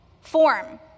form